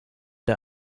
der